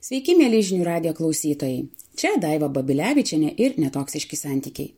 sveiki mieli žinių radijo klausytojai čia daiva babilevičienė ir netoksiški santykiai